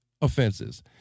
offenses